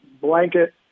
Blanket